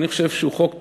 אני חושב שזה חוק טוב,